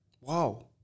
Wow